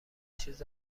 چیز